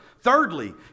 Thirdly